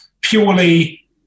purely